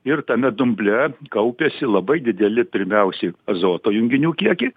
ir tame dumble kaupėsi labai dideli pirmiausiai azoto junginių kiekiai